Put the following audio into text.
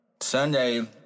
Sunday